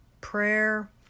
prayer